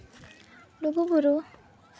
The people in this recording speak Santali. ᱞᱩᱜᱩᱼᱵᱩᱨᱩ